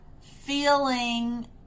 feeling